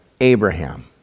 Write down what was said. Abraham